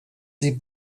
sie